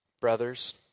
Brothers